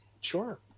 Sure